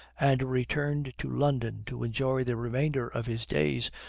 and returned to london to enjoy the remainder of his days,